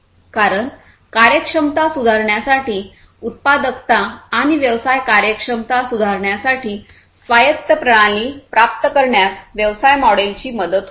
कारण कार्यक्षमता सुधारण्यासाठी उत्पादकता आणि व्यवसाय कार्यक्षमता सुधारण्यासाठी स्वायत्त प्रणाली प्राप्त करण्यात व्यवसाय मॉडेलची मदत होईल